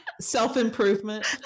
self-improvement